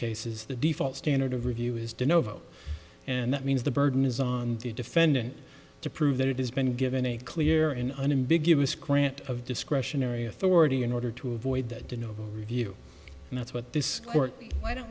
cases the default standard of review is denote and that means the burden is on the defendant to prove that it has been given a clear and unambiguous grant of discretionary authority in order to avoid that to no view and that's what this court why don't